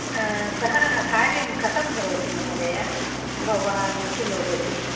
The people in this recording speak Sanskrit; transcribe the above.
सः कार्यं कथं करोति महोदय भवान् किं वदति